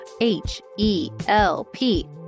H-E-L-P